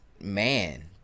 man